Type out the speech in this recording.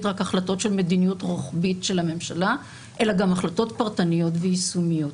רק החלטות של מדיניות רוחבית של הממשלה אלא גם החלטות פרטניות ויישומיות.